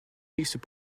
fixent